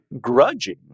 grudging